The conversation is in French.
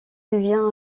devient